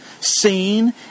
seen